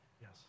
Yes